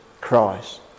Christ